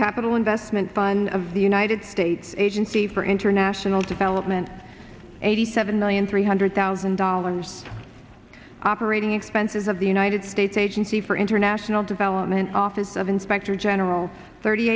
capital investment fund of the united states agency for international development eighty seven million three hundred thousand dollars operating expenses of the united states agency for international development office of inspector general thirty